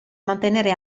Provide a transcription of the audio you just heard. mantenere